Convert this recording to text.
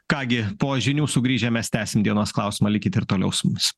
ką gi po žinių sugrįžę mes tęsim dienos klausimą likit ir toliau su mumis